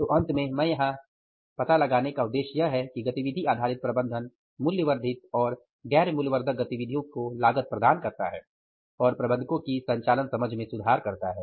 तो अंत में यहां पता लगाने का उद्देश्य यह है कि गतिविधि आधारित प्रबंधन मूल्य वर्धित और गैर मूल्य वर्धक गतिविधियों की लागत प्रदान करता है और प्रबंधकों की संचालन समझ में सुधार करता है